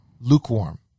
lukewarm